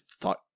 thought